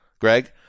Greg